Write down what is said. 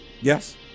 Yes